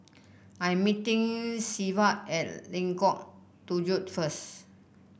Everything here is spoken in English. I'm meeting Severt at Lengkong Tujuh first